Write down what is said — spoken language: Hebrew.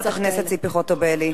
תודה רבה, חברת הכנסת ציפי חוטובלי.